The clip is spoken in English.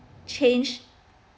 change